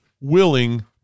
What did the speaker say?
willing